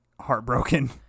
heartbroken